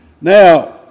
Now